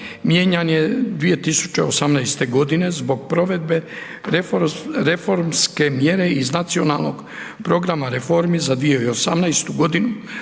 mijenjan je 2018.g. zbog provedbe reformske mjere iz Nacionalnog programa reformi za 2018.g.